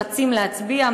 רצים להצביע,